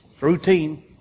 routine